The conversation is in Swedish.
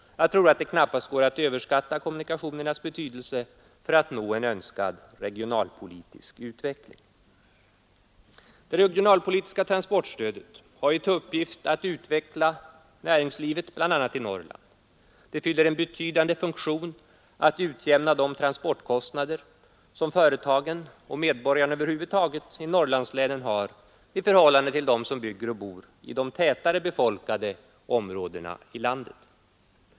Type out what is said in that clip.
Jag tror att det knappast går att överskatta kommunikationernas betydelse för att nå en önskad regionalpolitisk utveckling. Det regionalpolitiska transportstödet har till uppgift att utveckla näringslivet bl.a. i Norrland. Det fyller en betydande funktion när det gäller att utjämna de transportkostnader som företagen och medborgarna över huvud taget — i Norrlandslänen har i förhållande till dem som bygger och bor i de tätare befolkade områdena i landet.